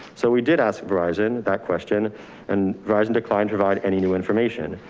so we did ask verizon that question and verizon declined provide any new information.